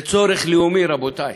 זה צורך לאומי, רבותי.